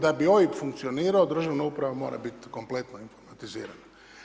Da bi OIB funkcionirao državna uprava mora biti kompletna informatizirana.